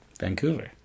Vancouver